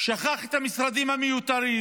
שכח את המשרדים המיותרים